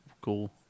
Cool